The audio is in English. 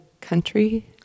country